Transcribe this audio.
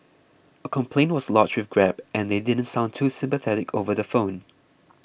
a complaint was lodged with grab and they didn't sound too sympathetic over the phone